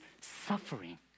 suffering